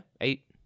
Eight